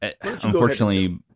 Unfortunately